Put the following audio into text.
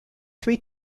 three